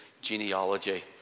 genealogy